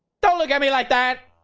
don't look at me like that,